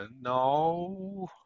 No